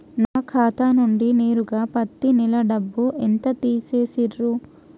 నా ఖాతా నుండి నేరుగా పత్తి నెల డబ్బు ఎంత తీసేశిర్రు?